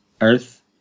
Earth